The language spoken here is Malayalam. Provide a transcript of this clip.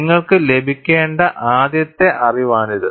നിങ്ങൾക്ക് ലഭിക്കേണ്ട ആദ്യത്തെ അറിവാണിത്